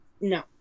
No